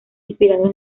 inspirados